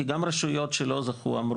כי גם רשויות שלא זכו אמרו,